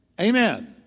Amen